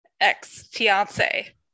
ex-fiance